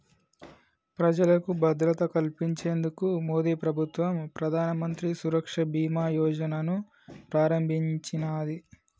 ప్రజలకు భద్రత కల్పించేందుకు మోదీప్రభుత్వం ప్రధానమంత్రి సురక్ష బీమా యోజనను ప్రారంభించినాది